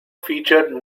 featured